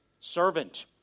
servant